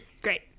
great